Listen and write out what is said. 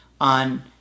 on